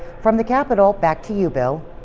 from the capitol, back to you, bill.